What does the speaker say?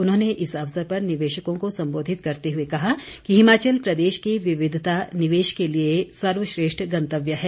उन्होंने इस अवसर पर निवेशकों को संबोधित करते हुए कहा कि हिमाचल प्रदेश की विविधता निवेश के लिए सर्वश्रेष्ठ गंतव्य है